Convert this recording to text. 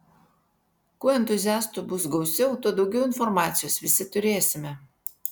kuo entuziastų bus gausiau tuo daugiau informacijos visi turėsime